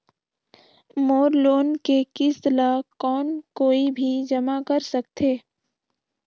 मोर loan के किस्त ल कौन कोई भी जमा कर सकथे?